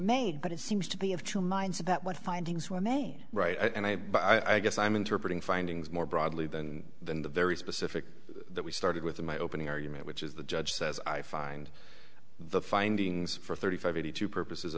made but it seems to be of two minds about what findings were made right and i i guess i'm interpreting findings more broadly than than the very specific that we started with in my opening argument which is the judge says i find the findings for thirty five eighty two purposes